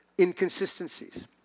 inconsistencies